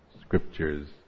scriptures